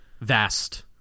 Vast